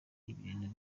ibintu